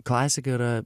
klasika yra